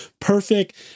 perfect